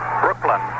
Brooklyn